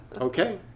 Okay